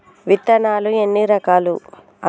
విత్తనాలు ఎన్ని రకాలు?